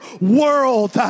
world